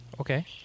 Okay